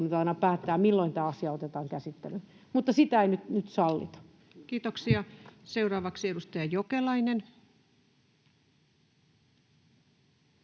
koputtaa] milloin tämä asia otetaan käsittelyyn. Mutta sitä ei nyt sallita. Kiitoksia. — Seuraavaksi edustaja Jokelainen.